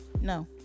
no